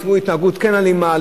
התנהגות כן אלימה,